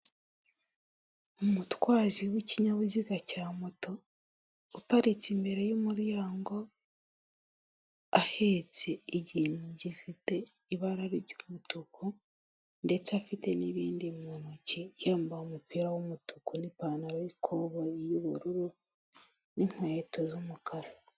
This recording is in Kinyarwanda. Umutwazi w'ikinyabiziga cya moto uparitse imbere y'umuryango, ahetse ikintu gifite ibara ry'umutuku, ndetse afite n'ibindi mu ntoki yambaye umupira w'umutuku, n'ipantaro y'ikoboyi y'ubururu n'inkweto z'umukara.